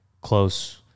close